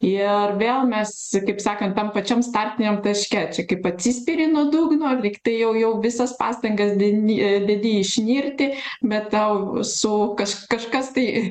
ir vėl mes kaip sakant tam pačiam startiniam taške čia kaip atsispiri nuo dugno lygtai jau jau visas pastangas den dedi išnirti bet tau su kaž kažkas tai